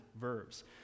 verbs